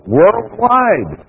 worldwide